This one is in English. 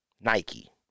Nike